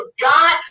God